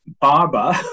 barber